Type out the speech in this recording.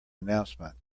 announcement